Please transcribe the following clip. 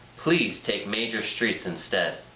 please take major streets instead.